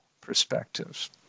perspectives